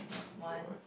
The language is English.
one